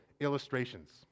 illustrations